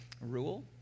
rule